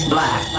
Black